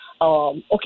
Okay